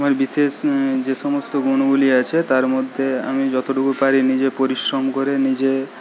আমার বিশেষ যে সমস্ত গুণগুলি আছে তার মধ্যে আমি যতটুকু পারি নিজে পরিশ্রম করে নিজে